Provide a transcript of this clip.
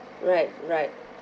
right right